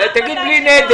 תגיד בלי נדר.